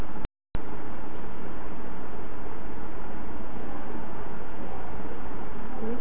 अइजकाल दुनिया भरत जातेर हिसाब बिजनेसत बेटिछुआर काफी योगदान रहछेक